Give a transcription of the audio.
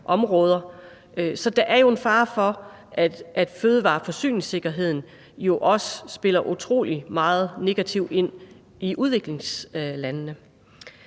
så er der en fare for, at fødevareforsyningssikkerheden også spiller utrolig negativt ind i udviklingslandene.